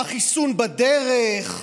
החיסון בדרך.